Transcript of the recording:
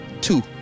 two